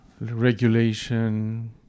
regulation